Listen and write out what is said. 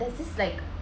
there's this like